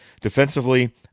Defensively